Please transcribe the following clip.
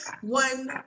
one